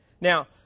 Now